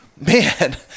man